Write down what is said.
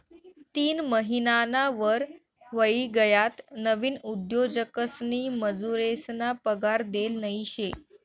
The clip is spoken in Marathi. तीन महिनाना वर व्हयी गयात नवीन उद्योजकसनी मजुरेसना पगार देल नयी शे